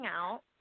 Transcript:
out